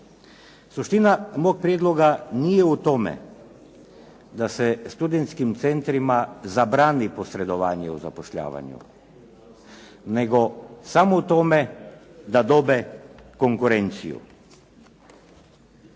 Suština mog prijedloga nije u tome da se studentskim centrima zabrani posredovanje u zapošljavanju nego samo u tome da dobe konkurenciju.